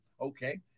okay